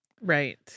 Right